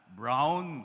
brown